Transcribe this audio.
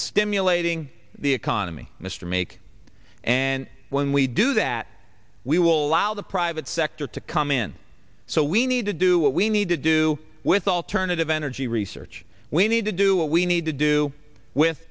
stimulating the economy mr make and when we do that we will allow the private sector to come in so we need to do what we need to do with alternative energy research we need to do what we need to do with